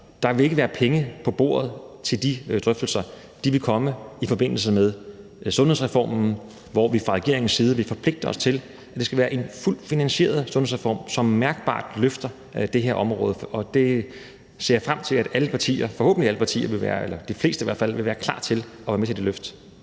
Der vil ikke være penge på bordet til de drøftelser, de vil komme i forbindelse med sundhedsreformen, hvor vi fra regeringens side vil forpligte os til, at det skal være en fuldt finansieret sundhedsreform, som mærkbart løfter det her område, og jeg ser frem til, at alle partier – forhåbentlig alle partier eller i hvert fald de fleste – vil være klar til at være med til det løft.